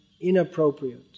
inappropriate